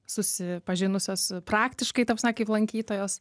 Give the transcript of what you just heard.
susi pažinusios su praktiškai ta prasme kaip lankytojos